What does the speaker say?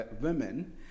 women